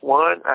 one